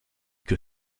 que